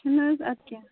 چھُنہ حظ اَدٕ کیٚنٛہہ